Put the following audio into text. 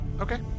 okay